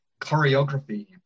choreography